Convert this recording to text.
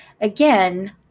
again